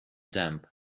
damp